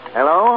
Hello